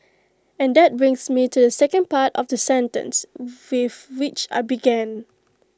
and that brings me to the second part of the sentence with which I began